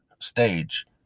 stage